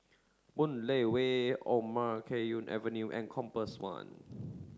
Boon Lay Way Omar Khayyam Avenue and Compass One